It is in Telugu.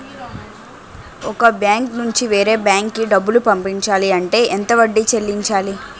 ఒక బ్యాంక్ నుంచి వేరే బ్యాంక్ కి డబ్బులు పంపించాలి అంటే ఎంత వడ్డీ చెల్లించాలి?